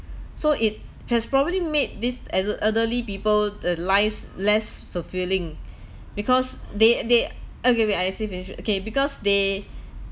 so it has probably made these el~ elderly people the lives less fulfilling because they they okay wait I say finish okay because they